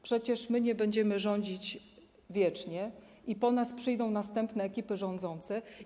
Przecież nie będziemy rządzić wiecznie, po nas przyjdą następne ekipy rządzące.